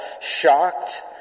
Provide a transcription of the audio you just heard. shocked